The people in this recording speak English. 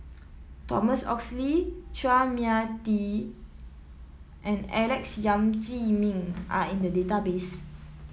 Thomas Oxley Chua Mia Tee and Alex Yam Ziming are in the database